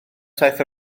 saith